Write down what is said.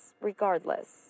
regardless